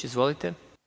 Izvolite.